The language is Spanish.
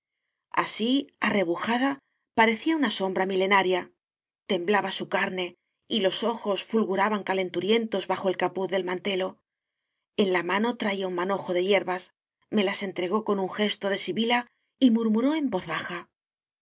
así arrebujada parecía una sombra milenaria temblaba su carne y los ojos fulguraban calenturientos bajo el capuz del mantelo en la mano traía un manojo de hierbas me las entregó con un gesto de sibila y murmuró en voz baja